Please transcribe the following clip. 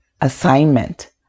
assignment